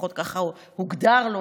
לפחות ככה הוגדר לו,